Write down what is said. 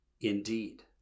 Indeed